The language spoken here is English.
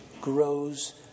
grows